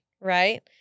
right